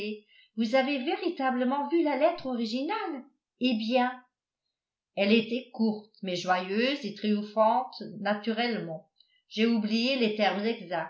vous avez véritablement vu la lettre originale eh bien elle était courte mais joyeuse et triomphante naturellement j'ai oublié